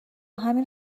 همین